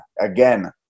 again